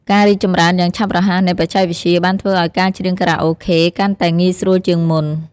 ការរីកចម្រើនយ៉ាងឆាប់រហ័សនៃបច្ចេកវិទ្យា បានធ្វើឱ្យការច្រៀងខារ៉ាអូខេកាន់តែងាយស្រួលជាងមុន។